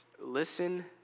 listen